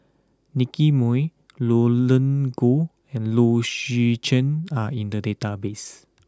Nicky Moey Roland Goh and Low Swee Chen are in the database